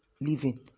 living